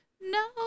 no